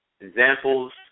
Examples